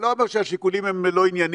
אני לא אומר שהשיקולים הם לא ענייניים,